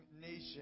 nation